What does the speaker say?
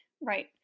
Right